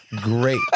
great